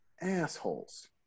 assholes